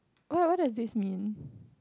what what are this mean